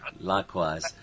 likewise